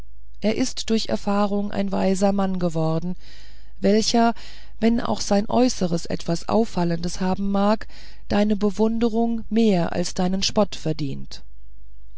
er ist durch erfahrung ein weiser mann geworden welcher wenn auch sein äußeres etwas auffallendes haben mag deine bewunderung mehr als deinen spott verdient